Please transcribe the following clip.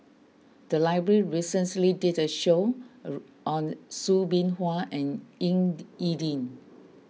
the library did a roadshow on Soo Bin Chua and Ying E Ding